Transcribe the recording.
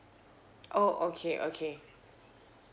oh okay okay